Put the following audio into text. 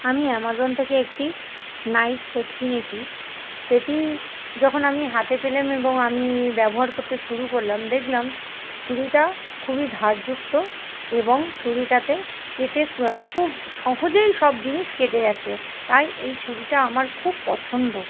আমি অ্যামাজন থেকে একটি নাইফ সেট কিনেছি সেটি যখন আমি হাতে পেলাম এবং আমি ব্যবহার করতে শুরু করলাম দেখলাম ছুরিটা খুবই ধারযুক্ত এবং ছুরিটাতে কেটে খুব সহজেই সব জিনিস কেটে যাচ্ছে তাই এই ছুরিটা আমার খুব পছন্দ